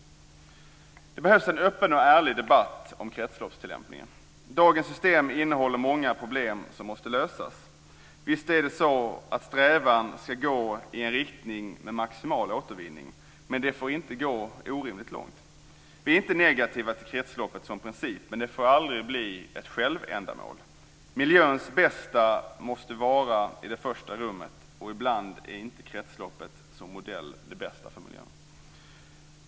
Det behövs en öppen och ärlig debatt om kretsloppstillämpningen. Dagens system innehåller många problem som måste lösas. Visst är det så att strävan ska gå i en riktning mot maximal återvinning. Men det får inte gå orimligt långt. Vi är inte negativa till kretsloppet som princip, med det får aldrig bli ett självändamål. Miljöns bästa måste sättas i det första rummet, och ibland är inte kretsloppet som modell det bästa för miljön.